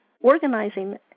organizing